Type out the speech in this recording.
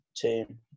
team